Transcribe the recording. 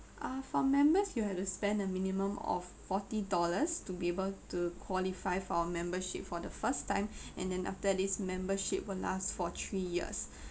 ah for members you have to spend a minimum of forty dollars to be able to qualify for membership for the first time and then after this membership will last for three years